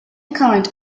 kind